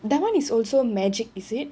that [one] is also magic is it